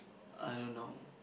I don't know